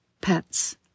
pets